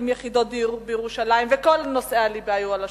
יחידות דיור בירושלים וכל נושאי הליבה היו על השולחן.